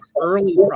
early